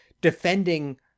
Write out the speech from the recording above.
defending